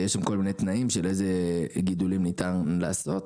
יש שם כל מיני תנאים של אילו גידולים ניתן לעשות,